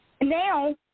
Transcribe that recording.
Now